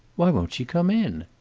why won't she come in?